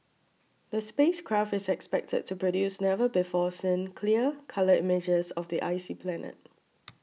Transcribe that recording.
the space craft is expected to produce never before seen clear colour images of the icy planet